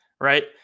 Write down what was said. right